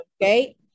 okay